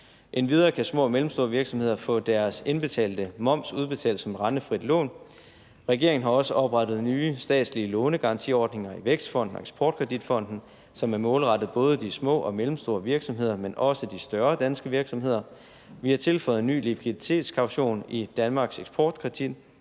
Endvidere kan små og mellemstore virksomheder få deres indbetalte moms udbetalt som rentefri lån. Regeringen har også oprettet nye statslige lånegarantiordninger i Vækstfonden og Eksport Kredit Fonden, som er målrettet både de små og mellemstore virksomheder, men også de større danske virksomheder. Vi har tilføjet ny likviditetskaution i Danmarks Eksportkredit,